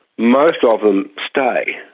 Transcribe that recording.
most of them stay.